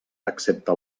excepte